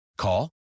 Call